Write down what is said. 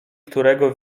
którego